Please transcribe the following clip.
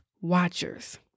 watchers